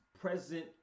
present